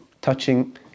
touching